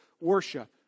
worship